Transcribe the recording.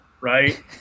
right